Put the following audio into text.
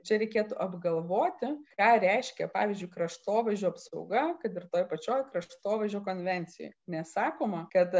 čia reikėtų apgalvoti ką reiškia pavyzdžiui kraštovaizdžio apsauga kad ir toj pačioj kraštovaizdžio konvencijoj nes sakoma kad